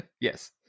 Yes